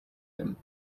him